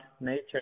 nature